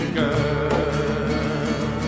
girl